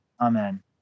amen